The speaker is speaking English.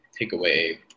takeaway